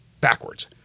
backwards